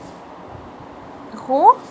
who